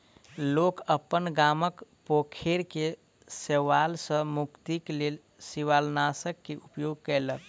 लोक अपन गामक पोखैर के शैवाल सॅ मुक्तिक लेल शिवालनाशक के उपयोग केलक